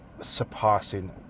surpassing